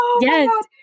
Yes